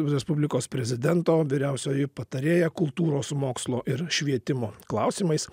respublikos prezidento vyriausioji patarėja kultūros mokslo ir švietimo klausimais